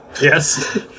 Yes